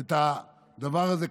את הדבר הזה,